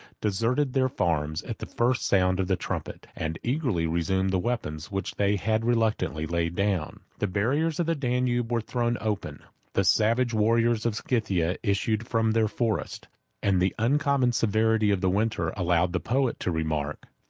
deserted their farms at the first sound of the trumpet and eagerly resumed the weapons which they had reluctantly laid down. the barriers of the danube were thrown open the savage warriors of scythia issued from their forests and the uncommon severity of the winter allowed the poet to remark,